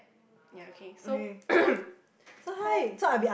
so hi